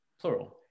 plural